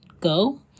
go